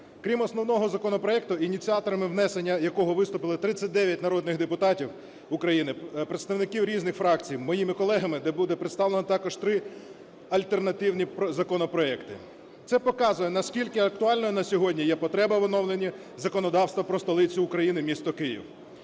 Крім основного законопроекту, ініціаторами внесення якого виступили 39 народних депутатів України, представників різних фракцій, моїми колегами, де буде представлено також три альтернативні законопроекти. Це показує, наскільки актуальною на сьогодні є потреба в оновлення законодавства про столицю України - місто Київ.